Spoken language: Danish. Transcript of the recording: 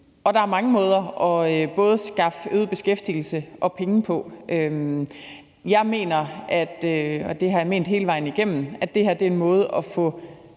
Der er mange måder at skaffe både øget beskæftigelse og penge på. Jeg mener, og det har jeg ment hele vejen igennem, at det her er en måde at få